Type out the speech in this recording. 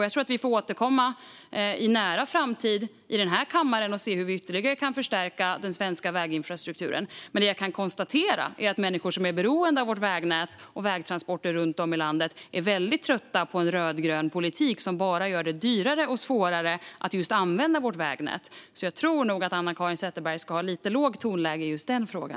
Jag tror att vi får återkomma hit till kammaren i en nära framtid och se hur vi ytterligare kan förstärka den svenska väginfrastrukturen. Jag kan dock konstatera att människor som är beroende av vägnätet och vägtransporter runt om i landet är väldigt trötta på en rödgrön politik som bara gör det dyrare och svårare att använda vägnätet. Jag tror nog att Anna-Caren Sätherberg ska ha lite lägre tonläge i just denna fråga.